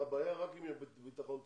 הבעיה היא רק בביטחון תעסוקתי,